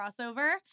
crossover